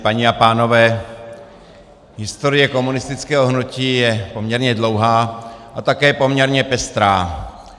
Paní a pánové, historie komunistického hnutí je poměrně dlouhá a také poměrně pestrá.